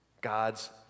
God's